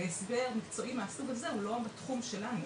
הסבר מקצועי מהסוג הזה הוא לא בתחום שלנו.